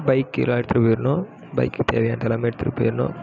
bike key எல்லாம் எடுத்துட்டு போயிடணும் பைக்குக்கு தேவையானது எல்லாமே எடுத்துட்டு போயிடணும்